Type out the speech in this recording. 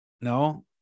no